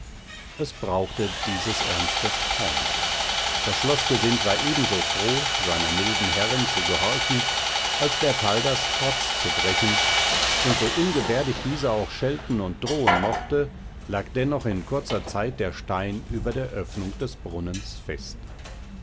es brauchte dieses ernstes kaum das schloßgesind war ebenso froh seiner milden herrin zu gehorchen als bertaldas trotz zu brechen und so ungebärdig diese auch schelten und drohen mochte lag dennoch in kurzer zeit der stein über der öffnung des brunnens fest